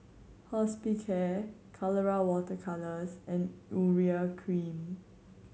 Hospicare Colora Water Colours and Urea Cream